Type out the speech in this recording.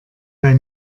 bei